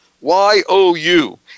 Y-O-U